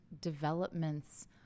developments